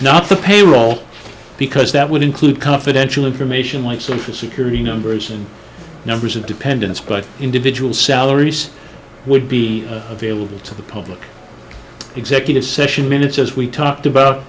not the payroll because that would include confidential information like social security numbers and numbers of dependents but individual salaries would be available to the public executive session minutes as we talked about